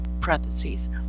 Parentheses